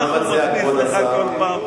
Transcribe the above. איך הוא מכניס לך כל פעם,